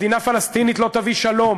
מדינה פלסטינית לא תביא שלום,